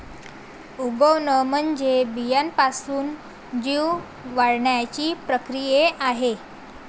उगवण म्हणजे बियाण्यापासून जीव वाढण्याची प्रक्रिया आहे